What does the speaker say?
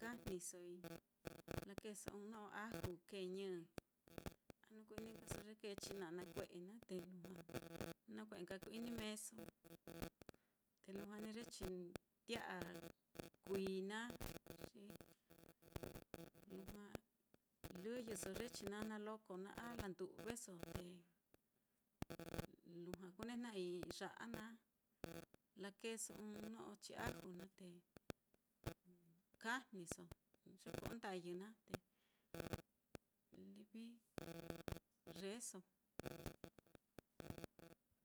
kajnisoi lakeeso ɨ́ɨ́n no'o aju, kee ñɨ, a jnu ku-ini nkaso ye kee chinana kue'e naá, te lujua, nakue'e nka ku-ini meeso, te lujua ní ye chi- tia'a kuií naá, xi lujua lɨyɨso ye chinana loko naá, a landu'veso, te lujua kunejna'ai i'i ya'a naá, lakeeso ɨ́ɨ́n no'o chiaju naá te kajniso i'i ye ko'o ndayɨ naá livi yeeso.